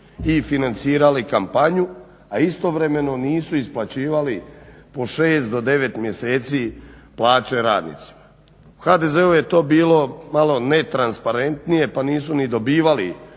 i financirali kampanju a istovremeno nisu isplaćivali po 6 do 9 mjeseci plaće radnicima. U HDZ-u je to bilo malo netransparentnije pa nisu ni dobivali